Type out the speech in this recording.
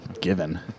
given